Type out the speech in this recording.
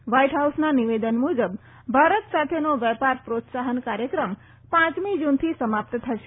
white હાઉસના નિવેદન મુજબ ભારત સાથેનો વેપાર પ્રોત્સાહન કાર્યક્રમ પાંચમી જુનથી સમાપ્ત થશે